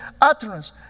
utterance